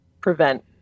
prevent